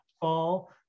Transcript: fall